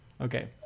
Okay